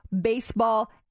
baseball